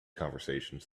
conversations